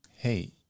hey